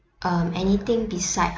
um anything beside